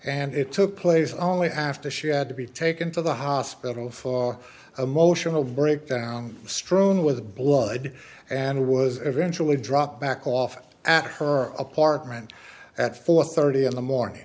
and it took place only after she had to be taken to the hospital for emotional breakdown strewn with blood and was eventually dropped back off at her apartment at four thirty in the morning